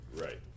Right